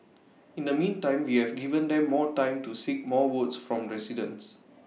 in the meantime we have given them more time to seek more votes from residents